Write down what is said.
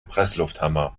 presslufthammer